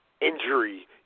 injury